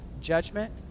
judgment